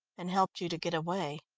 and helped you to get away?